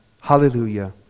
Hallelujah